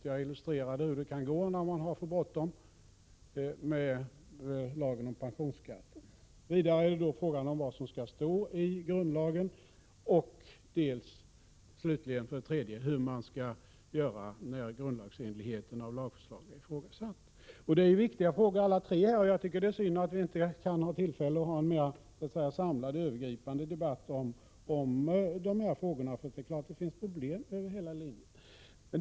Jag illustrerade med lagen om pensionsskatten hur det kan gå när man har för bråttom. Dels är det fråga om vad som skall stå i grundlagen, dels hur man skall göra när grundlagsenligheten av lagförslag är ifrågasatt. Dessa tre frågor är alla viktiga, och det är synd att vi inte här kan föra en mer samlad och övergripande debatt om dem. Det är klart att det finns problem över hela linjen.